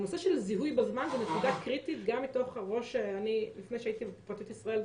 הנושא של זיהוי בזמן הוא נקודה קריטית לפני שהייתי בפרטיות לישראל,